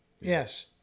Yes